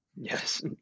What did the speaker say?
Yes